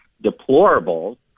deplorable